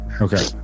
Okay